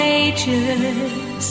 ages